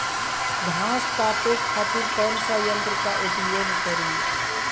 घास काटे खातिर कौन सा यंत्र का उपयोग करें?